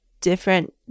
different